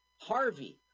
harvey